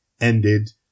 ended